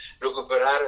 recuperar